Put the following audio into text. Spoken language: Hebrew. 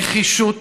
נחישות,